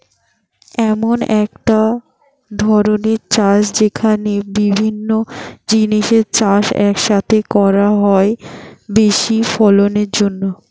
এমন একটা ধরণের চাষ যেখানে বিভিন্ন জিনিসের চাষ এক সাথে করা হয় বেশি ফলনের জন্যে